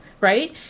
Right